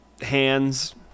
hands